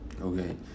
Okay